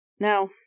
Now